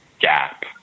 gap